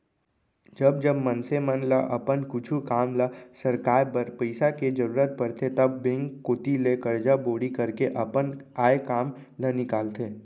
जब जब मनसे मन ल अपन कुछु काम ल सरकाय बर पइसा के जरुरत परथे तब बेंक कोती ले करजा बोड़ी करके अपन आय काम ल निकालथे